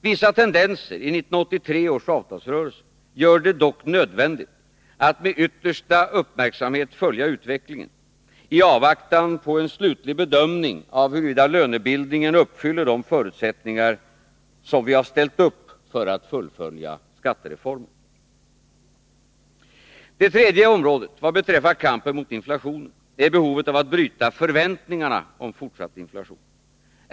Vissa tendenser i 1983 års avtalsrörelse gör det dock nödvändigt att med yttersta uppmärksamhet följa utvecklingen i avvaktan på en slutlig bedömning av huruvida lönebildningen uppfyller de förutsättningar som vi har ställt upp för att fullfölja skattereformen. Det tredje området vad beträffar kampen mot inflationen är behovet av att bryta förväntningarna om fortsatt inflation.